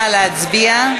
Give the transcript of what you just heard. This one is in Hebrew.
נא להצביע.